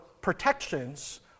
protections